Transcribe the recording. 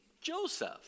joseph